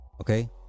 Okay